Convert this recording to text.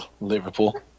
Liverpool